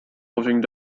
coaching